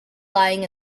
lying